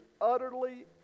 utterly